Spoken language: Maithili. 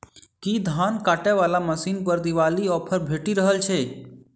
की धान काटय वला मशीन पर दिवाली ऑफर भेटि रहल छै?